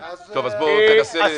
טוב, אז בוא תנסה.